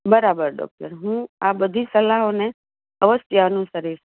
બરાબર ડોક્ટર હું આ બધી સલાહોને અવશ્ય અનુસરીશ